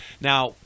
now